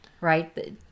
right